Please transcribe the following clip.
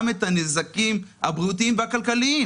בלמ"ס כדי לנסות להבין את הבעיות ואת הפערים שישנם.